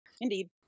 Indeed